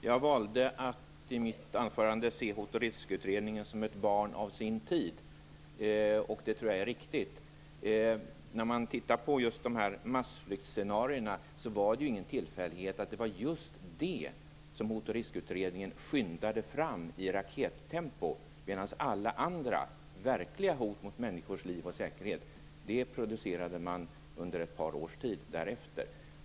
Herr talman! Jag valde att i mitt anförande se Hotoch riskutredningen som ett barn av sin tid, vilket jag tror var riktigt. Det var ingen tillfällighet att Hot och riskutredningen i rakettempo skyndade fram just detta med massflyktsscenariona. Det som gällde alla andra, verkliga hot mot människors liv och säkerhet producerade man under ett par års tid därefter.